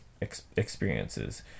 experiences